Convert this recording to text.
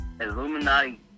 Illuminati